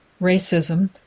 racism